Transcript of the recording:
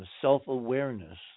self-awareness